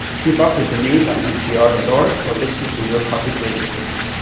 keep up with the news on npr dot org or listen to your public radio station.